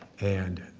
and